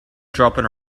dropping